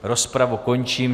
Rozpravu končím.